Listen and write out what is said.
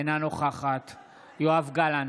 אינה נוכחת יואב גלנט,